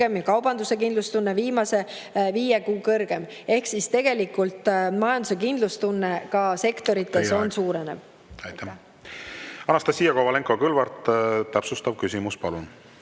kaubanduse kindlustunne viimase viie kuu kõrgeim. Ehk siis tegelikult majanduse kindlustunne ka sektorites on suurenev. Aitäh! Anastassia Kovalenko-Kõlvart, täpsustav küsimus, palun!